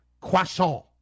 croissant